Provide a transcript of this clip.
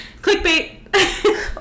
Clickbait